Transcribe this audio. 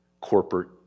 corporate